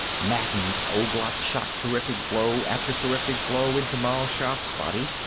maddened, ouglat shot terrific blow after terrific blow into mal shaff's body.